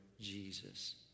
Jesus